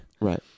Right